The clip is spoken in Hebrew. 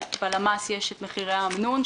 בלמ"ס יש את מחירי האמנון,